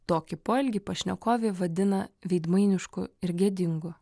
tokį poelgį pašnekovė vadina veidmainišku ir gėdingu